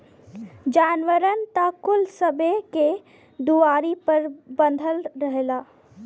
जानवरन त कुल सबे के दुआरी पर बँधल रहेला